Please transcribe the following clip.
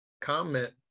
comment